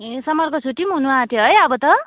ए समरको छुट्टी पनि हुनु आँट्यो है अब त